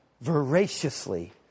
voraciously